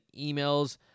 emails